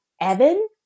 Evan